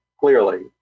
clearly